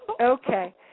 Okay